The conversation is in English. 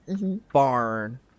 barn